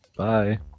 Bye